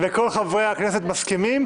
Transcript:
וכל חברי הכנסת מסכימים,